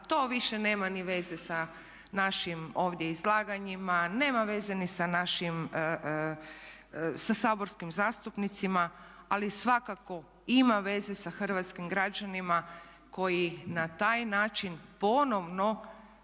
to više nema ni veze sa našim ovdje izlaganjima, nema veze ni sa saborskim zastupnicima ali svakako ima veza sa hrvatskim građanima koji na taj način ponovno